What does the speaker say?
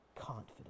confidence